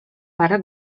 parę